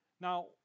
Now